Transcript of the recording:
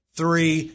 three